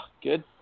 good